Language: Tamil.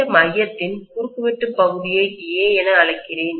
இந்த மையத்தின் குறுக்குவெட்டு பகுதியை A என அழைக்கிறேன்